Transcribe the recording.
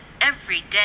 everyday